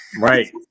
Right